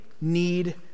need